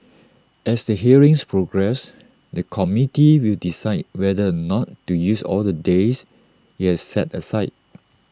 as the hearings progress the committee will decide whether or not to use all the days IT has set aside